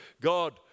God